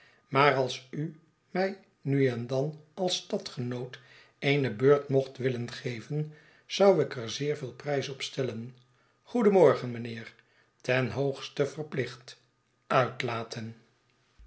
maar als u mij nu en dan als stadgenoot eene beurt mocht willen geven zou ik er zeer veel prijs op stellen goedenmorgen mijnheer ten hoogste verplicht uitlaten